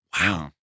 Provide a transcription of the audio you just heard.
Wow